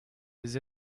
les